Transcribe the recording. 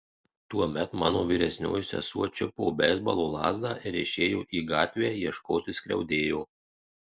tuomet mano vyresnioji sesuo čiupo beisbolo lazdą ir išėjo į gatvę ieškoti skriaudėjo